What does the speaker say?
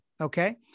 Okay